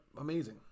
amazing